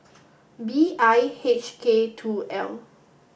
B I H K two L